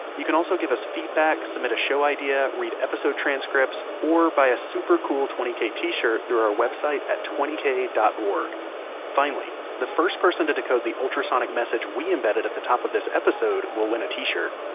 you can also give us feedback, submit a show idea, read episode transcripts, or buy a super cool twenty k t-shirt through our website at twenty k dot org finally the first person to decode the ultrasonic message we embedded at the top of the show will win a t-shirt.